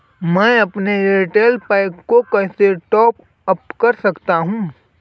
मैं अपने एयरटेल पैक को कैसे टॉप अप कर सकता हूँ?